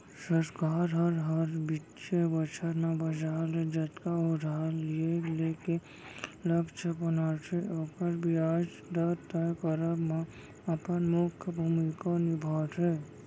सरकार हर, हर बित्तीय बछर म बजार ले जतका उधार लिये के लक्छ बनाथे ओकर बियाज दर तय करब म अपन मुख्य भूमिका निभाथे